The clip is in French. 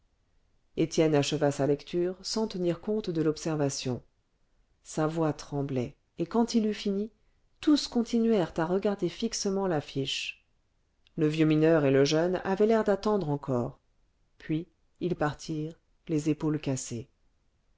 étienne acheva sa lecture sans tenir compte de l'observation sa voix tremblait et quand il eut fini tous continuèrent à regarder fixement l'affiche le vieux mineur et le jeune avaient l'air d'attendre encore puis ils partirent les épaules cassées